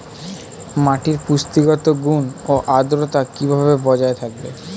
মাটির পুষ্টিগত গুণ ও আদ্রতা কিভাবে বজায় থাকবে?